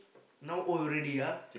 now old already ya